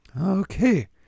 Okay